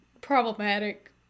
problematic